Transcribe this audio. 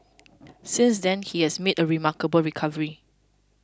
since then he has made a remarkable recovery